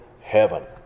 heaven